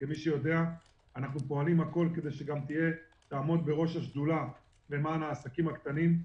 אנחנו פועלים כדי שגם תעמוד בראש השדולה למען העסקים הקטנים,